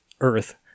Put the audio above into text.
Earth